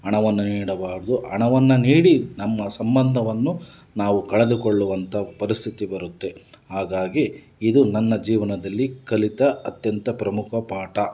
ಹಣವನ್ನು ನೀಡಬಾರದು ಹಣವನ್ನ ನೀಡಿ ನಮ್ಮ ಸಂಬಂಧವನ್ನು ನಾವು ಕಳೆದುಕೊಳ್ಳುವಂಥ ಪರಿಸ್ಥಿತಿ ಬರುತ್ತೆ ಹಾಗಾಗಿ ಇದು ನನ್ನ ಜೀವನದಲ್ಲಿ ಕಲಿತ ಅತ್ಯಂತ ಪ್ರಮುಖ ಪಾಠ